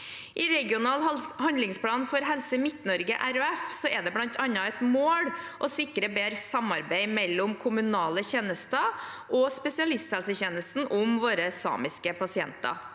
I regional handlingsplan for Helse Midt-Norge RHF er det bl.a. et mål å sikre bedre samarbeid mellom kommunale tjenester og spesialisthelsetjenesten om våre samiske pasienter.